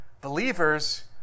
Believers